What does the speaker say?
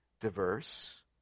diverse